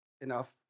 enough